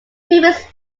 previous